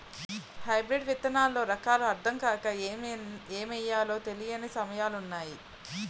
hybrid విత్తనాల్లో రకాలు అద్దం కాక ఏమి ఎయ్యాలో తెలీని సమయాలున్నాయి